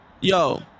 Yo